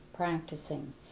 practicing